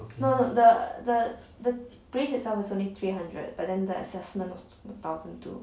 no no the the the brace itself was only three hundred but then the assessment was uh thousand two